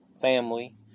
family